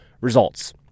results